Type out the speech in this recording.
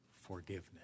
forgiveness